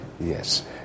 Yes